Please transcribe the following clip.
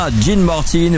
Jean-Martin